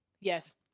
Yes